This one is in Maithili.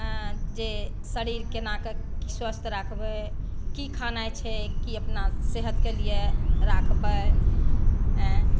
हँ जे शरीर केना कऽ स्वस्थ राखबै की खानाइ छै की अपना सेहतके लिए राखबै अएँ